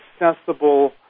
accessible